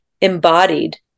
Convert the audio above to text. embodied